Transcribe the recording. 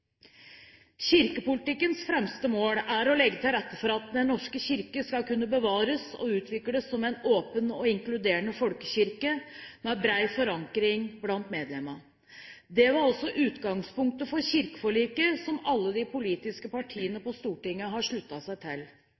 Kirkepolitikkens fremste mål er å legge til rette for at Den norske kirke skal kunne bevares og utvikles som en åpen og inkluderende folkekirke, med bred forankring blant medlemmene. Det var også utgangspunktet for kirkeforliket, som alle de politiske partiene på Stortinget har sluttet seg til.